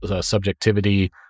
subjectivity